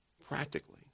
practically